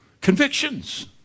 Convictions